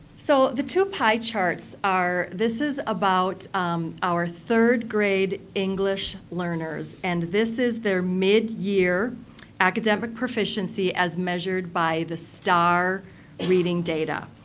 so, the two pie charts are, this is about our third grade english learners. and this is their midyear academic proficiency as measured by the star reading data.